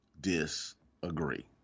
disagree